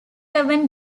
urban